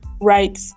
Right